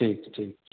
ठीक ठीक ठीक